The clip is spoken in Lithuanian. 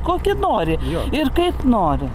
kokį nori ir kaip nori